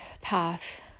path